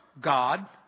God